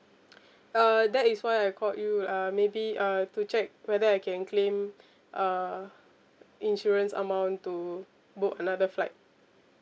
uh that is why I called you uh maybe uh to check whether I can claim uh insurance amount to book another flight